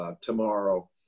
tomorrow